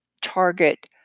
target